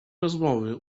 rozmowy